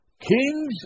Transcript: kings